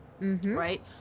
right